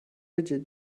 rigid